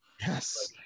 Yes